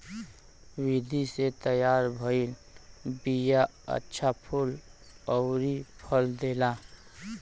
विधि से तैयार भइल बिया अच्छा फूल अउरी फल देला